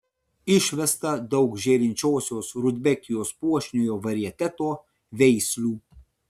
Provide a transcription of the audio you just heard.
išvesta daug žėrinčiosios rudbekijos puošniojo varieteto veislių